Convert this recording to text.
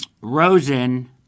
Rosen